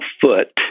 foot